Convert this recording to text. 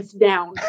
down